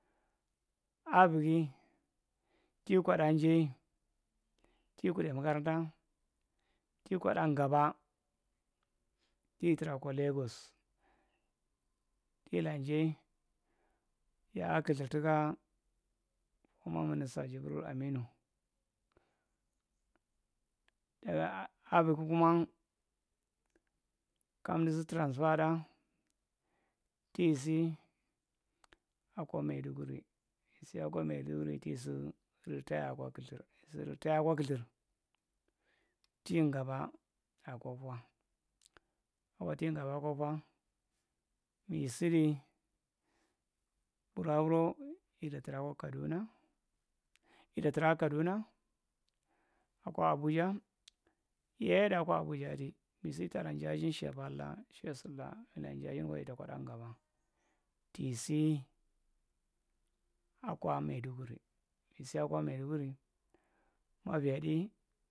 Ovigi ti- kwaɗɗaa jae ti kuɗae magaranta ti kwaɗɗaa gabba ti traa kwa legos kila njae ya’aa kathir tuka fooma minissta jibrul aminu tuka avuhu kumaa kamdu su tranfaa tda tisi akwa maiduguri isiya kwa maiduguri isyaa kwa maiduguri tisi retaya akwa kathir asisi retaya akkwa kathir ti ngaɓɓaɗ akwa twa akwa te gaɓɓaa akwa fwa mi sidi bulaa buroo itta tra kwa kaɗuna ita traa kwa kaɗuna akwa abuja yiyaeda shiya paltu lack shiya sid laa mila jaajin kwa maiɗuguri mi siya kwa maiduguri maavio tdii.